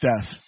death